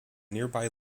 nearby